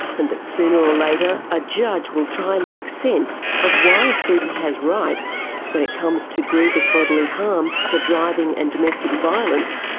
and that sooner or later a judge will try and make sense of why a foetus has rights when it comes to grievous bodily harm for driving and domestic violence,